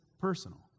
personal